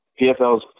PFLs